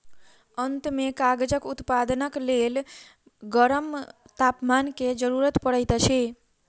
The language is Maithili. अंत में कागजक उत्पादनक लेल गरम तापमान के जरूरत पड़ैत अछि